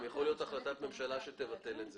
גם יכולה להיות החלטת ממשלה שתבטל את זה.